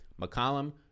McCollum